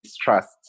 trust